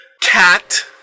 Cat